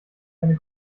keine